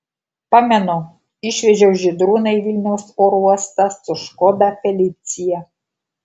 pamenu išvežiau žydrūną į vilniaus oro uostą su škoda felicia